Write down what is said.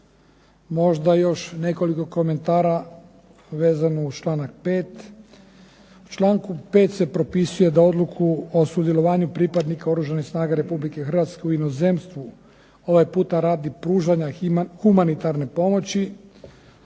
Možda još nekoliko komentara vezano uz članak 5. U članku 5. se propisuje da odluku o sudjelovanju pripadnika Oružanih snaga Republike Hrvatske u inozemstvu ovaj puta radi pružanja humanitarne pomoći